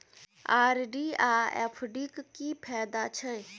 RD आ FD क की फायदा छै?